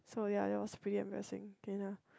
so ya it was pretty embarrassing